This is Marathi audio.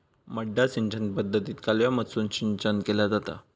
मड्डा सिंचन पद्धतीत कालव्यामधसून सिंचन केला जाता